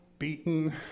beaten